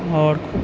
आओर